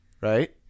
right